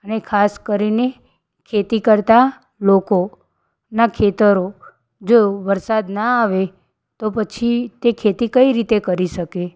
અને ખાસ કરીને ખેતી કરતાં લોકોના ખેતરો જો વરસાદ ના આવે તો પછી તે ખેતી કઈ રીતે કરી શકે